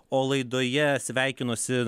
o laidoje sveikinuosi